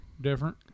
Different